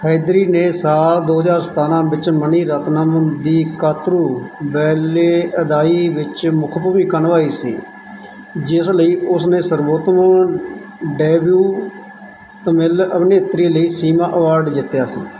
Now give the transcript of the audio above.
ਹੈਦਰੀ ਨੇ ਸਾਲ ਦੋ ਹਜ਼ਾਰ ਸਤਾਰ੍ਹਾਂ ਵਿੱਚ ਮਨੀ ਰਤਨਮ ਦੀ ਕਾਤਰੂ ਵੇਲੀਇਦਾਈ ਵਿੱਚ ਮੁੱਖ ਭੂਮਿਕਾ ਨਿਭਾਈ ਸੀ ਜਿਸ ਲਈ ਉਸ ਨੇ ਸਰਵੋਤਮ ਡੈਬਿਊ ਤਮਿਲ ਅਭਿਨੇਤਰੀ ਲਈ ਸੀਮਾ ਅਵਾਰਡ ਜਿੱਤਿਆ ਸੀ